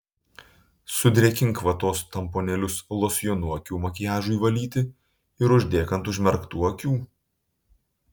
sudrėkink vatos tamponėlius losjonu akių makiažui valyti ir uždėk ant užmerktų akių